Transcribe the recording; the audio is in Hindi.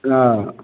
केना कऽ